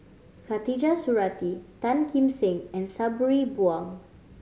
Khatijah Surattee Tan Kim Seng and Sabri Buang